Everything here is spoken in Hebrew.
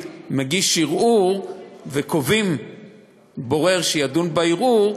מגיש ערעור וקובעים בורר שידון בערעור,